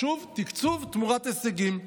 שוב, תקצוב תמורת הישגים.